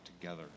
together